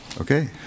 Okay